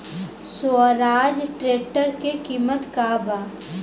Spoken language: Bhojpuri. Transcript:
स्वराज ट्रेक्टर के किमत का बा?